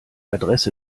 adresse